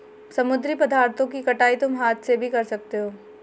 समुद्री पदार्थों की कटाई तुम हाथ से भी कर सकते हो